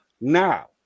now